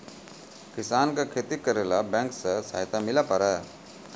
किसान का खेती करेला बैंक से सहायता मिला पारा?